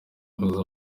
ibuza